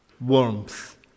warmth